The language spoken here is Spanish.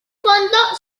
fondo